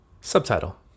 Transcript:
Subtitle